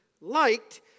liked